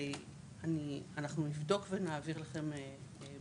אנחנו נבדוק ונעביר לכם.